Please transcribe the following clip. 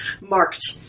marked